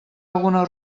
alguna